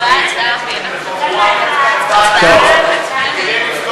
שהשר אריאל והשר לפיד וחבורה נכבדה מאוד יושבים כדי לפתור את הבעיה,